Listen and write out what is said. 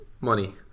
money